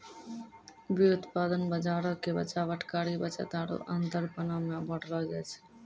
व्युत्पादन बजारो के बचाव, अटकरी, बचत आरु अंतरपनो मे बांटलो जाय छै